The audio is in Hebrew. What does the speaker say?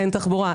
אין תחבורה,